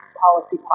policy